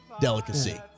delicacy